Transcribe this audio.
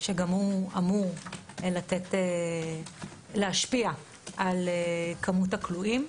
שגם הוא אמור להשפיע על כמות הכלואים.